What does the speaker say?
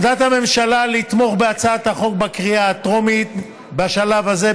עמדת הממשלה היא לתמוך בהצעת החוק בקריאה הטרומית בשלב הזה,